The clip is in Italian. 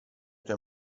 tue